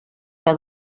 que